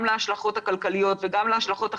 גם להשלכות הכלכליות וגם להשלכות החברתיות.